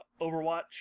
Overwatch